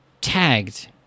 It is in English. tagged